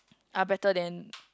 are better than